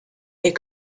est